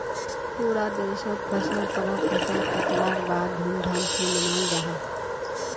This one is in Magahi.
पूरा देशोत फसलेर परब फसल कटवार बाद धूम धाम से मनाल जाहा